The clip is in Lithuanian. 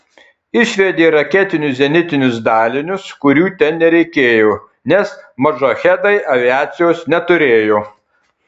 išvedė raketinius zenitinius dalinius kurių ten nereikėjo nes modžahedai aviacijos neturėjo